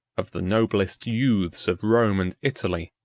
of the noblest youths of rome and italy,